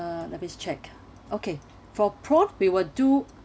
let me check okay for prawn we will do